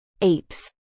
apes